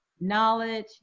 knowledge